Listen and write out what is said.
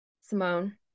Simone